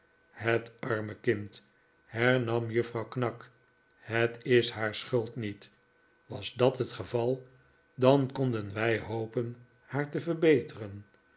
het arme kind hernam juffrouw knag het is haar schuld niet was dat het geval dan konden wij hopen haar te verbeteren